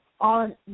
on